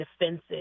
defensive